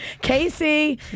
Casey